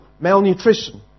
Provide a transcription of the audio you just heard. malnutrition